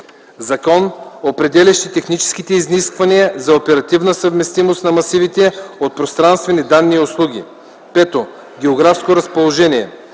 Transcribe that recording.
закон, определящи техническите изисквания за оперативна съвместимост на масивите от пространствени данни и услуги; 5. географско разположение;